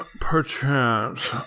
perchance